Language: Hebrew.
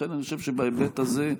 ולכן אני חושב שבהיבט הזה,